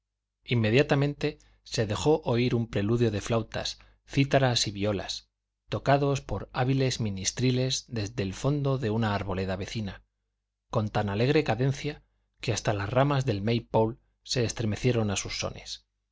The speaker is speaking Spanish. inmediatamente se dejó oír un preludio de flautas cítaras y violas tocado por hábiles ministriles desde el fondo de una arboleda vecina con tan alegre cadencia que hasta las ramas del may pole se estremecieron a sus sones